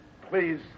please